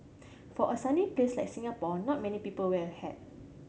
for a sunny place like Singapore not many people wear a hat